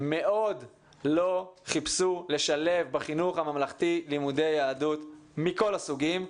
מאוד לא חיפשו לשלב בחינוך הממלכתי לימודי יהדות מכל הסוגים,